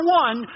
one